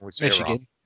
Michigan